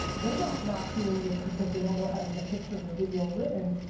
they're not not doing it because they don't know how to make a picture or video written,